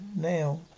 Now